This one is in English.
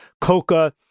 Coca